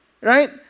Right